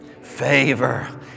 favor